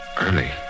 Early